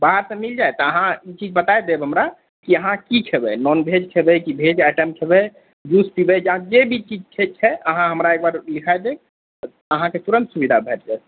बाहरसऽ मिल जायत तऽ अहाँ ई चीज बताय देब हमरा कि अहाँ की खेबै नॉन भेज खेबै कि भेज आइटम खेबै जूस पीबै जे भी चीज छै अहाँ हमरा एक बार लिखाय देब अहाँके तुरन्त सुविधा भेट जायत